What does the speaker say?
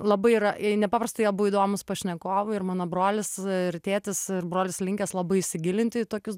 labai yra nepaprastai abu įdomūs pašnekovai ir mano brolis ir tėtis ir brolis linkęs labai įsigilinti į tokius